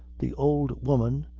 the old woman,